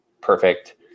perfect